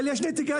אבל יש נציגת ממ"מ.